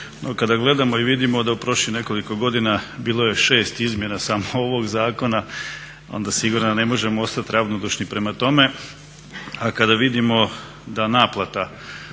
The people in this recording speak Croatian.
kada gledamo i vidimo da u prošlih nekoliko godina bilo je 6 izmjena samo ovog zakona onda sigurno ne možemo ostati ravnodušni prema tome. A kada vidimo da naplata